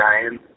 Ryan